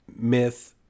myth